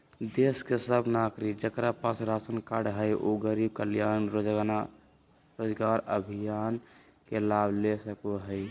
देश के सब नागरिक जेकरा पास राशन कार्ड हय उ गरीब कल्याण रोजगार अभियान के लाभ ले सको हय